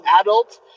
adult